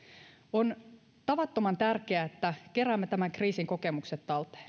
on tavattoman tärkeää että keräämme tämän kriisin kokemukset talteen